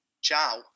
ciao